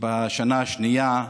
בשנה השנייה,